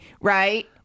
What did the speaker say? right